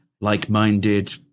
like-minded